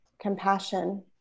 Compassion